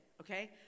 okay